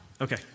Okay